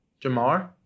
Jamar